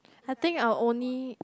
I think I will only